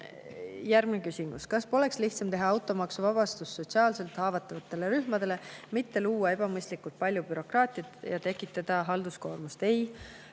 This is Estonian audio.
Järgmine küsimus: "Kas poleks lihtsam teha automaksuvabastus sotsiaalselt haavatavatele rühmadele, mitte luua ebamõistlikult palju bürokraatiat ja tekitada halduskoormust?" Ei,